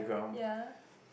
ya